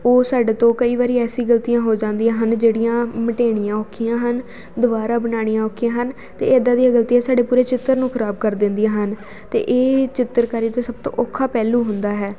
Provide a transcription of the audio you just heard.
ਉਹ ਸਾਡੇ ਤੋਂ ਕਈ ਵਾਰ ਐਸੀ ਗਲਤੀਆਂ ਹੋ ਜਾਂਦੀਆਂ ਹਨ ਜਿਹੜੀਆਂ ਮਟੇਣੀਆਂ ਔਖੀਆਂ ਹਨ ਦੁਬਾਰਾ ਬਣਾਉਣੀਆਂ ਔਖੀਆਂ ਹਨ ਅਤੇ ਇੱਦਾਂ ਦੀਆਂ ਗਲਤੀਆਂ ਸਾਡੇ ਪੂਰੇ ਚਿੱਤਰ ਨੂੰ ਖ਼ਰਾਬ ਕਰ ਦਿੰਦੀਆਂ ਹਨ ਅਤੇ ਇਹ ਚਿੱਤਰਕਾਰੀ ਦਾ ਸਭ ਤੋਂ ਔਖਾ ਪਹਿਲੂ ਹੁੰਦਾ ਹੈ